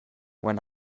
when